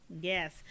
yes